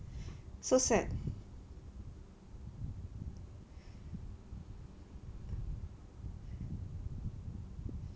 so sad